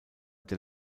der